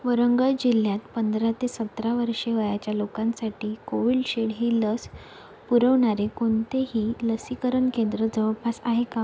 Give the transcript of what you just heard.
वारंगळ जिल्ह्यात पंधरा ते सतरा वर्षे वयाच्या लोकांसाठी कोविलशिल्ड ही लस पुरवणारे कोणतेही लसीकरण केंद्र जवळपास आहे का